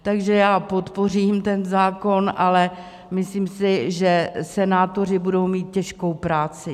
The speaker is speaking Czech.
Takže já podpořím ten zákon, ale myslím si, že senátoři budou mít těžkou práci.